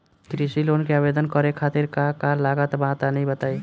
कृषि लोन के आवेदन करे खातिर का का लागत बा तनि बताई?